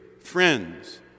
friends